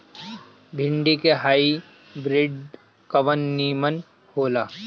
भिन्डी के हाइब्रिड कवन नीमन हो ला?